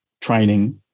training